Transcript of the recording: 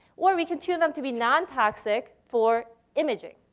or we can tune them to be non-toxic for imaging.